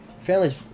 family's